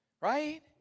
Right